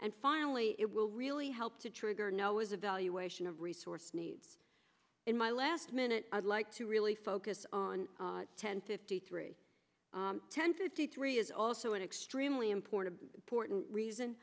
and finally it will really help to trigger no is a valuation of resource needs in my last minute i'd like to really focus on ten fifty three ten fifty three is also an extremely important